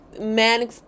Man